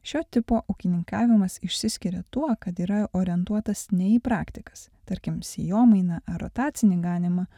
šio tipo ūkininkavimas išsiskiria tuo kad yra orientuotas ne į praktikas tarkim sėjomainą ar rotacinį gaminimą